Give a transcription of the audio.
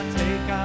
take